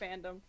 fandom